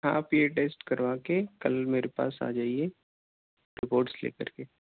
ہاں آپ یہ ٹیسٹ کروا کے کل میرے پاس آ جائیے رپورٹس لے کر کے